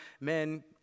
men